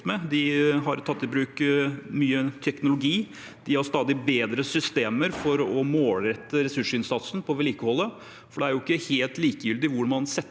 De har tatt i bruk mye teknologi. De har stadig bedre systemer for å målrette ressursinnsatsen på vedlikeholdet. Det er ikke helt likegyldig hvor man setter